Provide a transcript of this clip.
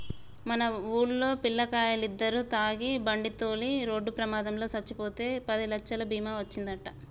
మన వూల్లో పిల్లకాయలిద్దరు తాగి బండితోలి రోడ్డు ప్రమాదంలో సచ్చిపోతే పదిలచ్చలు బీమా ఒచ్చిందంట